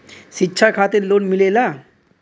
शिक्षा खातिन लोन मिलेला?